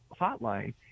hotline